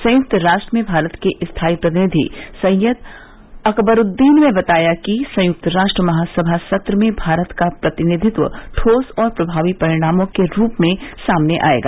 संयुक्त राष्ट्र में भारत के स्थाई प्रतिनिधि सैयद अकबरूद्दीन ने बताया कि संयुक्त राष्ट्र महासभा सत्र में भारत का प्रधिनित्व ठोस और प्रभावी परिणार्मो के रूप में सामने आएगा